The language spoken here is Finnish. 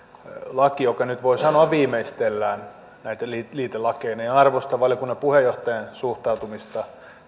laki joka nyt voi sanoa viimeistellään näine liitelakeineen arvostan valiokunnan puheenjohtajan suhtautumista